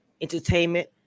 entertainment